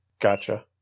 Gotcha